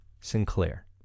Sinclair